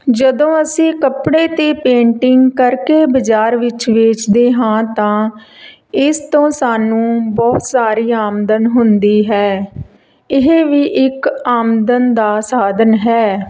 ਜਦੋਂ ਅਸੀਂ ਕੱਪੜੇ ਤੇ ਪੇਂਟਿੰਗ ਕਰਕੇ ਬਾਜ਼ਾਰ ਵਿੱਚ ਵੇਚਦੇ ਹਾਂ ਤਾਂ ਇਸ ਤੋਂ ਸਾਨੂੰ ਬਹੁਤ ਸਾਰੀ ਆਮਦਨ ਹੁੰਦੀ ਹੈ ਇਹ ਵੀ ਇੱਕ ਆਮਦਨ ਦਾ ਸਾਧਨ ਹੈ